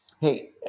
Hey